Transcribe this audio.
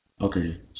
Okay